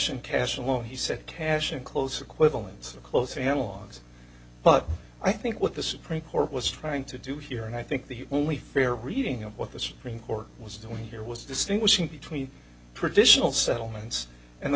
and cash and what he said cash in close quibbling close family lives but i think what the supreme court was trying to do here and i think the only fair reading of what the supreme court was doing here was distinguishing between traditional settlements and the